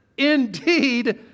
indeed